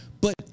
But-